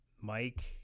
mike